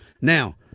Now